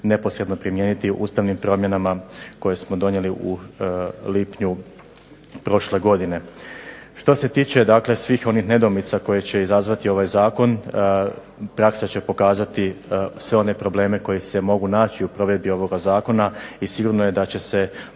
neposredno primijeniti u ustavnim promjenama koje smo donijeli u lipnju prošle godine. Što se tiče dakle svih onih nedoumica koje će izazvati ovaj zakon, praksa će pokazati sve one probleme koji se mogu naći u provedbi ovoga zakona i sigurno je da će se